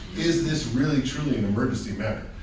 is this really truly an emergency matter?